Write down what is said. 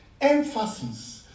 emphasis